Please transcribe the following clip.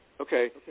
Okay